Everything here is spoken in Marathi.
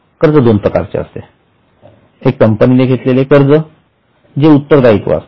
कर्ज दोन प्रकारचे असते एक कंपनीने घेतलेले कर्ज जे उत्तरदायित्व असते